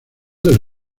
del